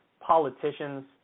politicians